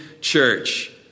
church